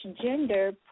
gender